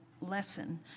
lesson